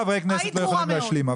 חברי כנסת לא יכולים להשלים,